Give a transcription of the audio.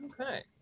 Okay